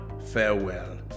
farewell